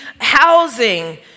housing